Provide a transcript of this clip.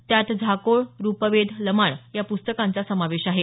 त्यात झाकोळ रूपवेध लमाण या पुस्तकांचा समावेश आहे